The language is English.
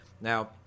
Now